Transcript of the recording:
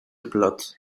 platt